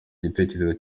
igitekerezo